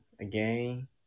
again